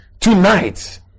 tonight